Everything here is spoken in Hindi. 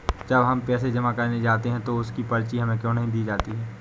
जब हम पैसे जमा करने जाते हैं तो उसकी पर्ची हमें क्यो नहीं दी जाती है?